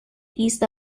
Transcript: east